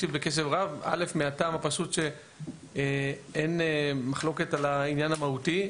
מהטעם הפשוט שאין מחלוקת על העניין המהותי.